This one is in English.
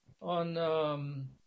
on